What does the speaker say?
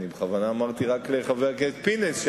בכוונה אמרתי רק לחבר הכנסת פינס,